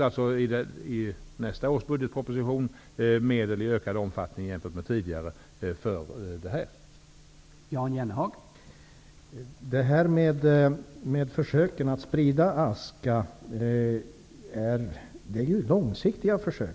För nästa år finns det med i regeringens budgetproposition ökade medel jämfört med tidigare för just det som här nämns.